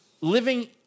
living